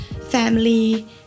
family